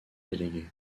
déléguée